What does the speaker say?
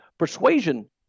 Persuasion